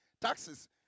Taxes